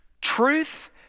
truth